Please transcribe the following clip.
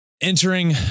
entering